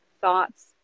thoughts